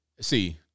see